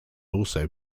also